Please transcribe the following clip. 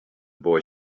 boy